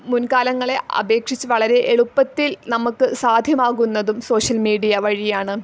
മുൻകാലങ്ങളെ അപേക്ഷിച്ച് വളരെ എളുപ്പത്തിൽ നമുക്ക് സാധ്യമാകുന്നതും സോഷ്യൽ മീഡിയ വഴിയാണ്